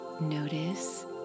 Notice